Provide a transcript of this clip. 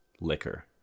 liquor